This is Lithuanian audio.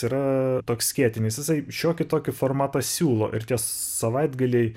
yra toks skėtinis jisai šiokį tokį formatą siūlo ir tie savaitgaliai